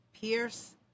Pierce